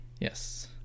Yes